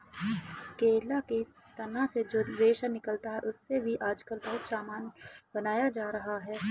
केला के तना से जो रेशा निकलता है, उससे भी आजकल बहुत सामान बनाया जा रहा है